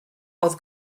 oedd